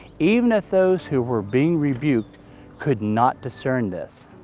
even if those who were being rebuked could not discern this.